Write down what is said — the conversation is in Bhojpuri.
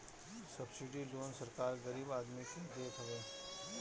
सब्सिडी लोन सरकार गरीब आदमी के देत हवे